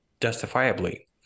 justifiably